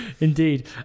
Indeed